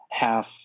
Half